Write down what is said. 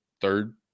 third